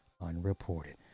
unreported